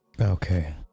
Okay